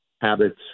habits